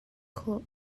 khawh